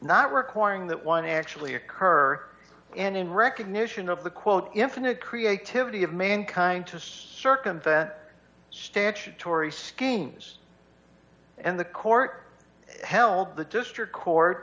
not requiring that one actually occur and in recognition of the quote infinite creativity of mankind to circumvent statutory schemes and the court held the district court